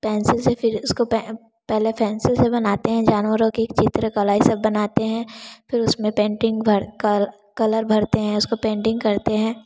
pencil से फिर उसको पहले पैंसिल से बनाते हैं जानवरों की चित्रकला यह बनाते हैं फिर उसमें पैंटिंग भरकर कलर भरते हैं उसको पेंटिंग करते हैं